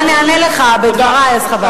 אולי אני אענה לך בדברי, אז חבל.